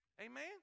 amen